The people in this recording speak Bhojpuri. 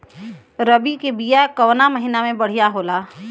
रबी के बिया कवना महीना मे बढ़ियां होला?